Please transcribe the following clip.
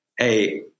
Hey